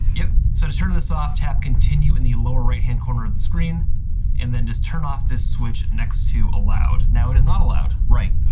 yep. so to turn this off, tap continue in the lower right-hand corner of the screen and then just turn off this switch next to allowed now. it is not allowed. right.